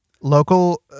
local